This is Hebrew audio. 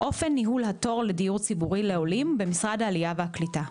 אופן ניהול התור לדיור ציבורי לעולים במשרד העלייה והקליטה.